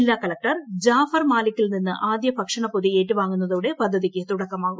ജില്ലാ കളക്ടർ ജാഫർ മാലിക്കിൽ നിന്ന് ആദ്യ ഭക്ഷണ പൊതി ഏറ്റുവാങ്ങുന്നതോടെ പദ്ധതിക്ക് തുടക്കമാവും